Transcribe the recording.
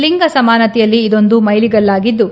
ಲಿಂಗ ಸಮಾನತೆಯಲ್ಲಿ ಇದೊಂದು ಮೈಲಿಗಲ್ಲಾಗಿದ್ದು